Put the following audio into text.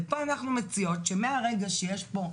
ופה אנחנו מציעות שמהרגע שיש בו הבנה,